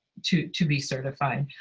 to to be certified.